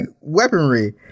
weaponry